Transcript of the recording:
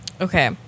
Okay